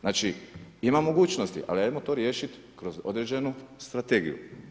Znači ima mogućnosti, ali ajmo to riješiti kroz određenu strategiju.